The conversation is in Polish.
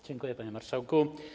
Dziękuję, panie marszałku.